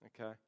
Okay